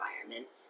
environment